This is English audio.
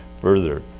further